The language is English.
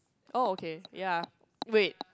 oh okay ya wait